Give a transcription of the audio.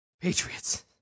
Patriots